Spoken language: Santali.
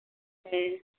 ᱦᱮᱸ